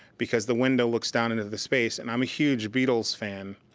because the window looks down into the space and i'm a huge beatles fan,